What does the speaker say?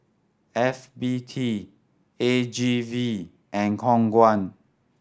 F B T A G V and Khong Guan